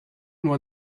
more